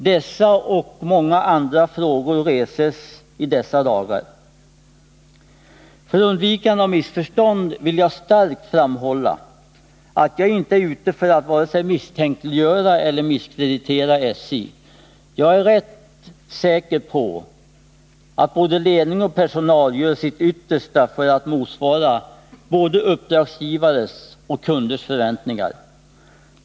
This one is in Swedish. Dessa och många andra frågor reses i dessa dagar. För undvikande av missförstånd vill jag starkt framhålla att jag inte är ute för att vare sig misstänkliggöra eller misskreditera SJ. Jag är rätt säker på att både ledning och personal gör sitt yttersta för att motsvara både uppdragsgivares och kunders förväntningar.